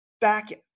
back